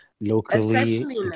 locally